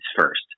first